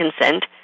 consent